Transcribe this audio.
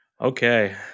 Okay